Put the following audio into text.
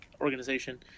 organization